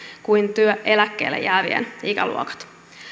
kuin työeläkkeelle jäävien ikäluokat